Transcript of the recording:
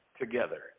together